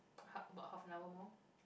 ha~ about half an hour more